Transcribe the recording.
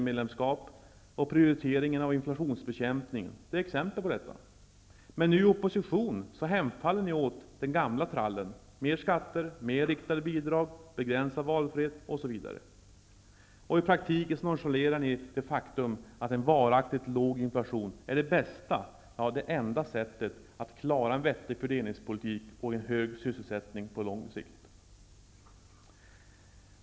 medlemskap och prioriteringen av inflationsbekämpningen är exempel på detta. Men nu i opposition hemfaller ni åt den gamla trallen: mer skatter, mer riktade bidrag, begränsad valfrihet o.s.v. Och i praktiken nonchalerar ni det faktum att en varaktigt låg inflation är det bästa, ja det enda sättet, att klara en vettig fördelningspolitik och en hög sysselsättning på sikt.